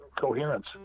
coherence